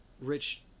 rich